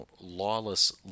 lawless